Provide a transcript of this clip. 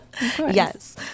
Yes